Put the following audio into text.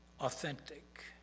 authentic